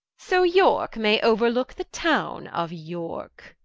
so yorke may ouer-looke the towne of yorke.